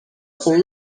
for